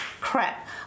crap